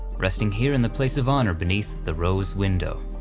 resting here in the place of honor beneath the rose window.